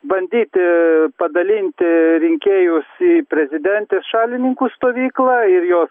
bandyti padalinti rinkėjus į prezidentės šalininkų stovyklą ir jos